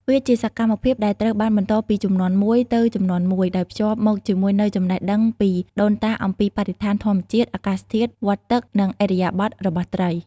វាជាសកម្មភាពដែលត្រូវបានបន្តពីជំនាន់មួយទៅជំនាន់មួយ ដោយភ្ជាប់មកជាមួយនូវចំណេះដឹងពីដូនតាអំពីបរិស្ថានធម្មជាតិ អាកាសធាតុ វដ្តទឹក និងឥរិយាបថរបស់ត្រី។